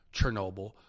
Chernobyl